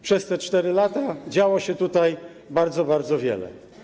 Przez te 4 lata działo się tutaj bardzo, bardzo wiele.